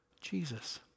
Jesus